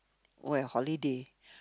oh ya holiday